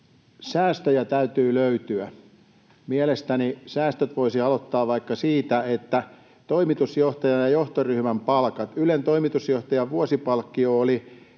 Säästöjä täytyy löytyä. Mielestäni säästöt voisi aloittaa vaikka toimitusjohtajan ja johtoryhmän palkoista. Ylen toimitusjohtajan vuosipalkkio oli